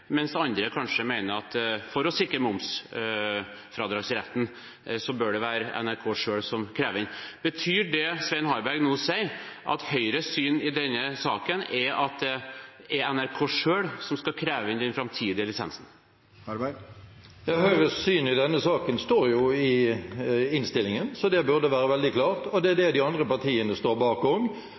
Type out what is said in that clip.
mens andre kanskje mener at for å sikre momsfradragsretten bør det være NRK selv som krever inn. Betyr det Svein Harberg nå sier, at Høyres syn i denne saken er at det er NRK selv som skal kreve inn den framtidige lisensen? Høyres syn i denne saken står i innstillingen, så det burde være veldig klart, og det er det de andre partiene også står bak: